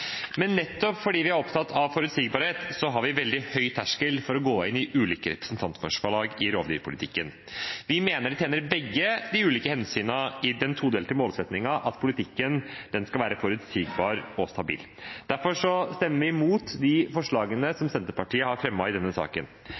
Men da er det regjeringens ansvar å følge opp det, og der har vi til dels vært kritiske til hvordan regjeringen har fulgt opp politikken fra Stortinget og sørget for forutsigbarhet for folk. Nettopp fordi vi er opptatt av forutsigbarhet, har vi veldig høy terskel for å gå inn i ulike representantforslag i rovdyrpolitikken. Vi mener det tjener begge de ulike hensynene i den todelte målsettingen at